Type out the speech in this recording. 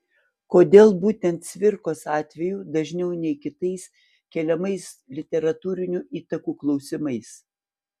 kodėl būtent cvirkos atveju dažniau nei kitais keliamas literatūrinių įtakų klausimas